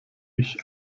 ich